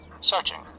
Searching